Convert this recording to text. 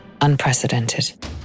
unprecedented